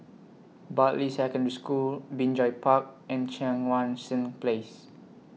Bartley Secondary School Binjai Park and Cheang Wan Seng Place